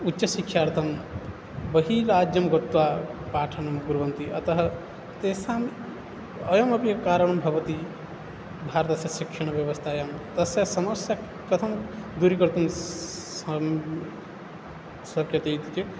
उच्चशिक्षणार्थं बहिर्राज्यं गत्वा पाठनं कुर्वन्ति अतः तेषाम् अयमपि कारणं भवति भारतस्य शिक्षणव्यवस्थायां तस्य समस्या कथं दूरीकर्तुं स शक्यते इति चेत्